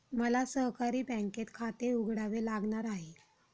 मला सहकारी बँकेत खाते उघडावे लागणार आहे